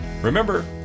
Remember